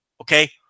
Okay